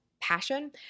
passion